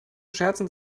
scherzen